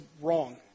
wrong